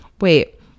wait